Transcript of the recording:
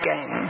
game